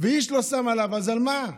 ואיש לא שם עליו, אז על מה?